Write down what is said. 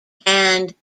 hand